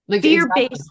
Fear-based